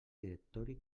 directori